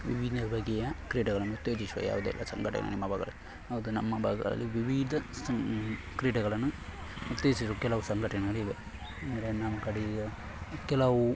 ವಿವಿಧ ಬಗೆಯ ಕ್ರೀಡೆಗಳನ್ನು ಉತ್ತೇಜಿಸುವ ಯಾವುದಾದರು ಸಂಘಟನೆ ನಿಮ್ಮ ಭಾಗದಲ್ಲಿ ಹೌದು ನಮ್ಮ ಭಾಗದಲ್ಲಿ ವಿವಿಧ ಸಂ ಕ್ರೀಡೆಗಳನ್ನು ಉತ್ತೇಜಿಸುವ ಕೆಲವು ಸಂಘಟನೆಗಳಿವೆ ಅಂದರೆ ನಮ್ಮ ಕಡೆ ಈಗ ಕೆಲವು